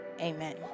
amen